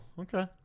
Okay